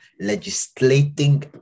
legislating